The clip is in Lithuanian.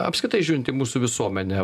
apskritai žiūrint į mūsų visuomenę